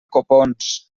copons